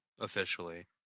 officially